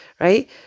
right